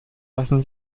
lassen